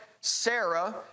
Sarah